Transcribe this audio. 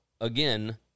again